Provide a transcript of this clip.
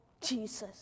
Jesus